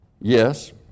Yes